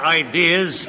ideas